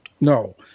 No